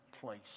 place